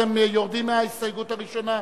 אתם יורדים מההסתייגות הראשונה?